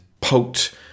poked